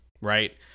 Right